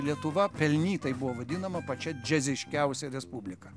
lietuva pelnytai buvo vadinama pačia džiaze ryškiausia respublika